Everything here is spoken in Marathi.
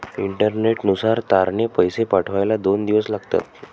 इंटरनेटनुसार तारने पैसे पाठवायला दोन दिवस लागतात